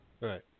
Right